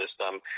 system